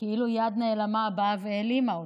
כאילו יד נעלמה באה והעלימה אותם,